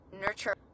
nurture